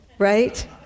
right